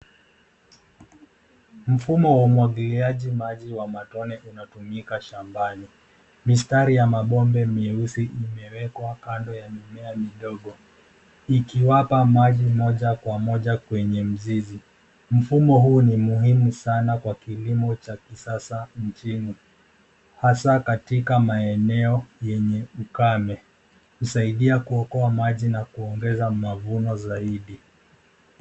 Mfumo wa umwagiliaji maji wa matone unatumika shambani. Mistari ya mabomba mweusi imewekwa kando ya mimea midogo ikiwapa maji moja kwa moja kwenye mzizi. Mfumo huu ni muhimu sana kwa kilimo cha kisasa nchini hasa katika maeneo yenye ukame. Husaidia kuokoa maji na kuongeza mavuno zaidi.